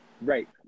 Right